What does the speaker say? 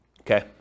Okay